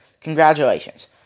Congratulations